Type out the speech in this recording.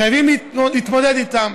חייבים להתמודד איתם,